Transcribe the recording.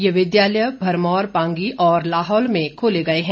ये विद्यालय भरमौर पांगी और लाहौल में खोले गए हैं